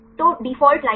तो डिफ़ॉल्ट लाइनें है